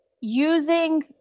using